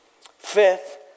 Fifth